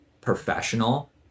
professional